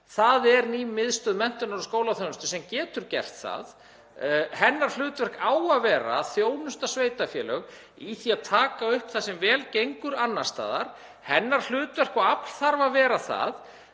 það. Ný Miðstöð menntunar og skólaþjónustu getur gert það. Hennar hlutverk á að vera að þjónusta sveitarfélög í því að taka upp það sem vel gengur annars staðar. Hennar hlutverk og afl þarf að vera það,